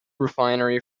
refinery